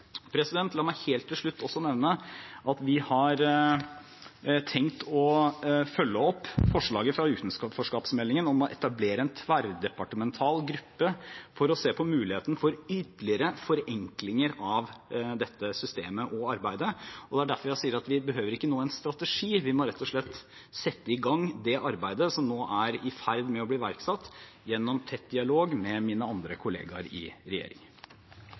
La meg helt til slutt også nevne at vi har tenkt å følge opp forslaget fra utenforskapsmeldingen om å etablere en tverrdepartemental gruppe for å se på muligheter for ytterligere forenklinger av dette systemet og arbeidet. Det er derfor jeg sier at vi ikke behøver en strategi nå. Vi må rett og slett sette i gang det arbeidet som nå er i ferd med å bli iverksatt, gjennom tett dialog med mine kollegaer i